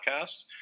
podcast